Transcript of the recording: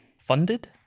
Funded